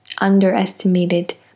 underestimated